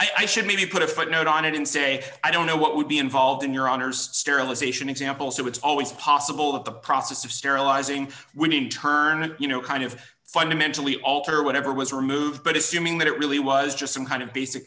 it i should maybe put a footnote on it and say i don't know what would be involved in your honour's sterilization example so it's always possible that the process of sterilizing when in turn you know kind of fundamentally alter whatever was removed but assuming that it really was just some kind of b